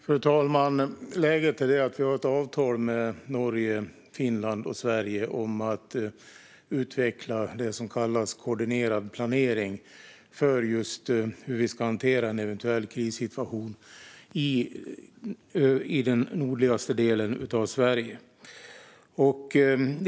Fru talman! Läget är det att det finns ett avtal mellan Norge, Finland och Sverige om att utveckla det som kallas koordinerad planering just för hur vi ska hantera en eventuell krissituation i den nordligaste delen av Sverige.